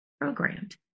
programmed